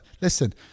Listen